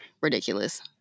ridiculous